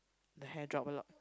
the hair drop a lot